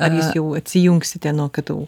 ar jūs jau atsijungsite nuo ktu